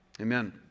Amen